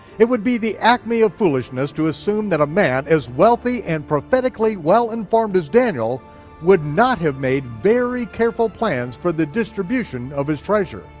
it would be the acme of foolishness to assume that a man as wealthy and prophetically well-informed as daniel would not have made very careful plans for the distribution of his treasure.